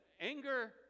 anger